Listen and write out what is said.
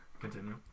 Continue